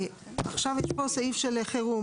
עכשיו אנחנו רוצים קודם כל להסדיר את החוק.